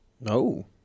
No